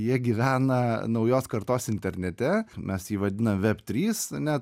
jie gyvena naujos kartos internete mes jį vadinam web trys ane